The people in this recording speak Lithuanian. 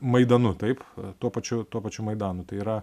maidanu taip tuo pačiu tuo pačiu maidanu tai yra